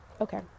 Okay